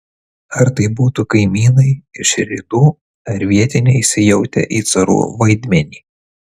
ar tai būtų kaimynai iš rytų ar vietiniai įsijautę į carų vaidmenį